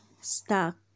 stuck